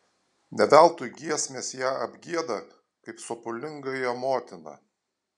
ne veltui giesmės ją apgieda kaip sopulingąją motiną